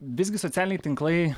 visgi socialiniai tinklai